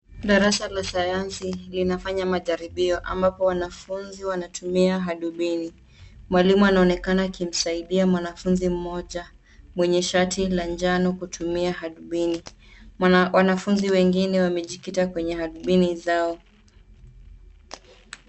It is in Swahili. Darasa la sayansi linafanya majaribio ambapo wanafunzi wanatumia hadubini. Mwalimu anaonekana akimsaidia mwanafunzi mmoja mwenye shati la njano kutumia hadubini. Wanafunzi wengine wamejikita kwenye hadubini zao.